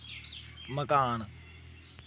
मकान